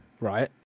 right